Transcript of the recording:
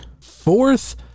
Fourth